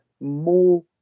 more